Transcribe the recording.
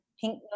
pink